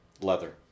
Leather